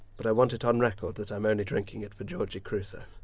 but i want it on record that i'm only drinking it for georgie crusoe.